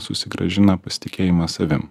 susigrąžina pasitikėjimą savim